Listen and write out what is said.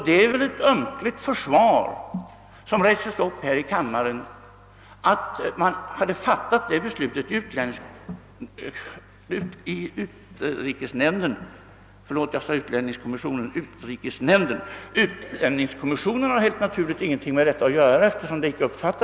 Det är väl ett ömkligt försvar att säga att vi inte visste vad vi gjorde.